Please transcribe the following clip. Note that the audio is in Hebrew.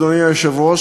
אדוני היושב-ראש,